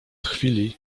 chwili